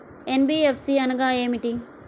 NBFC అనగా ఏమిటీ?